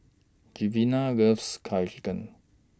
Giovanna loves Curry Chicken